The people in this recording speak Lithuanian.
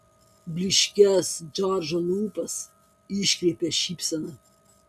blyškias džordžo lūpas iškreipė šypsena